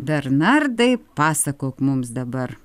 bernardai pasakok mums dabar